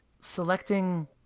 selecting